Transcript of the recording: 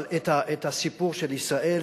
אבל את הסיפור של ישראל,